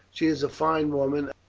she is a fine woman,